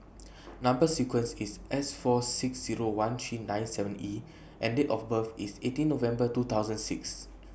Number sequences IS S four six Zero one three nine seven E and Date of birth IS eighteen November two thousand six